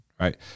right